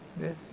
yes